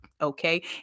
Okay